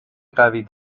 قوی